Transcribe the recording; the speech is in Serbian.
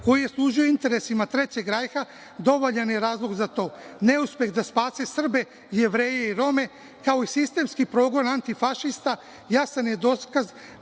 pre svega interesima Trećeg Rajha, dovoljan je razlog za to. Neuspeh da spase Srbe, Jevreje i Rome, kao i sistemski progon antifašista, jasan je dokaz